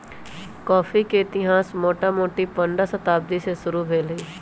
coffee के इतिहास मोटामोटी पंडह शताब्दी से शुरू भेल हइ